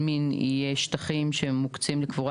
בית עלמין זאת תשתית לאומית,